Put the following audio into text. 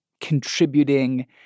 contributing